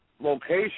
location